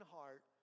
heart